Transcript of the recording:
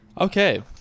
Okay